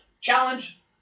challenge